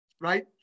right